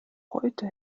heute